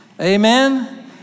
Amen